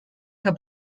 que